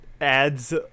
adds